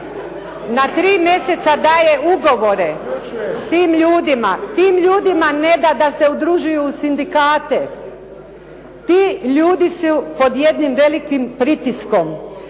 Na tri mjeseca daje ugovore tim ljudima. Tim ljudima ne da da se udružuju u sindikate. Ti ljudi su pod jednim velikim pritiskom.